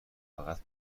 فقط